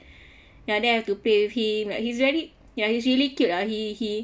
ya then I have to play with him like he's very ya he's really cute lah he he